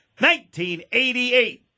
1988